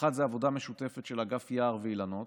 אחת מהן היא עבודה משותפת של אגף יער ואילנות